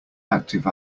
active